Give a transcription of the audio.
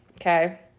Okay